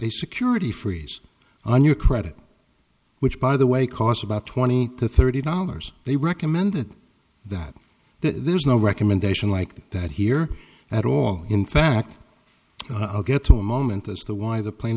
a security freeze on your credit which by the way costs about twenty to thirty dollars they recommended that there's no recommendation like that here at all in fact i'll get a moment as to why the pla